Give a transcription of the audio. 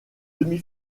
demi